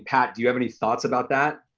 pat, do you have any thoughts about that?